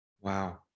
Wow